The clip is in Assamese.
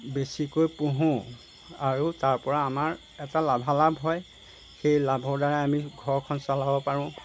বেছিকৈ পুহোঁ আৰু তাৰপৰা আমাৰ এটা লাভালাভ সেই লাভৰদ্বাৰাই আমি ঘৰখন চলাব পাৰোঁ